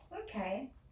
Okay